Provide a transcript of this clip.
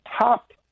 top